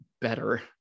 better